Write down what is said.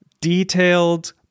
detailed